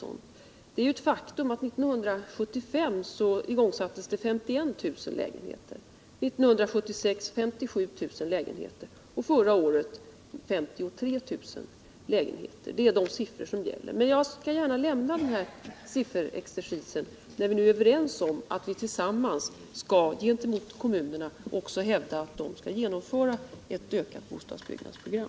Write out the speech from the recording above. Men det är ett faktum att 51 000 lägenheter igångsattes 1975, att 57 000 igångsattes 1976 och att 53 000 igångsattes 1977. Det är de siffror som gäller. Men jag lämnar gärna den här sifferexercisen när vi nu är överens om utt vi tillsammans gentemot kommunerna också skall hävda att de skall genomföra ett ökat bostadsbyggnadsprogram.